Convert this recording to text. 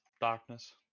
darkness